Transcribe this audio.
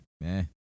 man